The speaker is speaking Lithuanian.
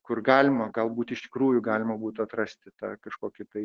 kur galima galbūt iš tikrųjų galima būtų atrasti tą kažkokį tai